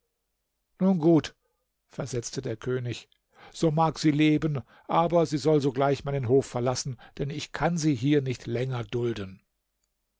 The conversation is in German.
nun gut versetzte der könig so mag sie leben aber sie soll sogleich meinen hof verlassen denn ich kann sie hier nicht länger dulden